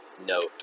note